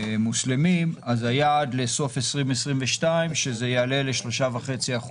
מוסלמים, אז היעד לסוף שנת 2022 שזה יעלה ל-3.5%.